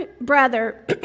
brother